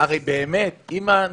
הרי באמת אם הנתונים,